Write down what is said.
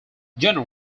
jenner